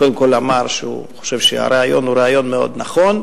קודם כול הוא אמר שהוא חושב שהרעיון הוא רעיון מאוד נכון,